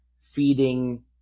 feeding